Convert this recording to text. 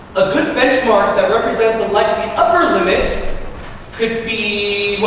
a good benchmark that represents and like the upper limit could be, what?